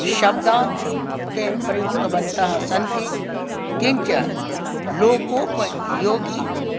शब्दान् ते प्रयुक्तवन्तः सन्ति किञ्च लोकोपयोगी